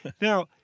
Now